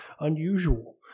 unusual